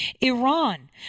Iran